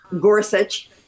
Gorsuch